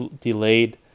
delayed